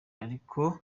ariko